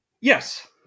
Yes